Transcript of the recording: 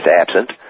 absent